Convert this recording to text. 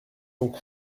donc